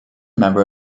member